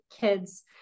kids